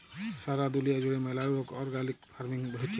সারা দুলিয়া জুড়ে ম্যালা রোক অর্গ্যালিক ফার্মিং হচ্যে